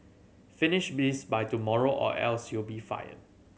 finish this by tomorrow or else you'll be fired